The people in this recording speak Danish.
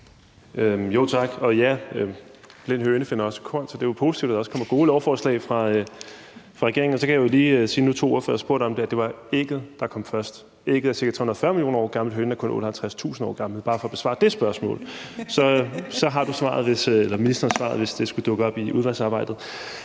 Tak. Blind høne finder også korn, så det er jo positivt, at der også kommer gode lovforslag fra regeringen. Så kan jeg jo lige sige, nu to ordførere har spurgt om det, at det var ægget, der kom først. Ægget er ca. 340 mio. år gammelt, og hønen er kun 58.000 år gammel, bare for at besvare det spørgsmål. Så har ministeren svaret, hvis det skulle dukke op i udvalgsarbejdet.